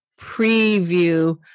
preview